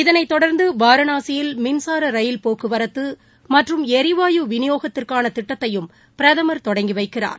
இதனை தொடர்ந்து வாரணாசியில் மின்சார ரயில் போக்குவரத்து மற்றும் எரிவாயு வினியோகத்திற்கான திட்டத்தையும் பிரதமர் தொடங்கி வைக்கிறார்